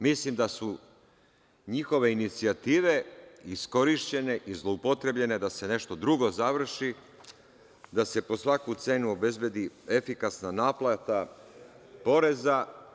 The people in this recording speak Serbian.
Mislim da su njihove inicijative iskorišćene i zloupotrebljene da se nešto drugo završi, da se po svaku cenu obezbedi efikasna naplata poreza.